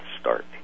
start